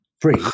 free